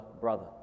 brother